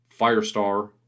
Firestar